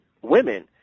women